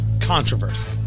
controversy